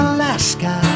Alaska